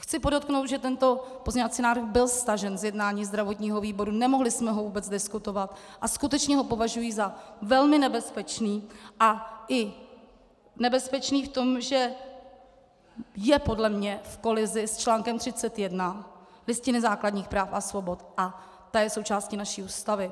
Chci podotknout, že tento pozměňovací návrh byl stažen z jednání zdravotního výboru, nemohli jsme ho vůbec diskutovat a skutečně ho považuji za velmi nebezpečný a i nebezpečný v tom, že je podle mě v kolizi s článkem 31 Listiny základních práv a svobod a ta je součástí naší Ústavy.